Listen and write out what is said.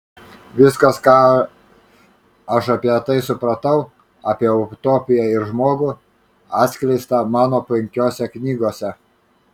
viskas ką aš apie tai supratau apie utopiją ir žmogų atskleista mano penkiose knygose